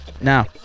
Now